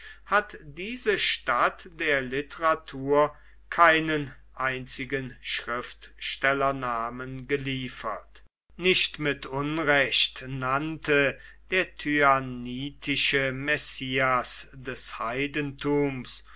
hat diese stadt der literatur keinen einzigen schriftstellernamen geliefert nicht mit unrecht nannte der tyanitische messias des heidentums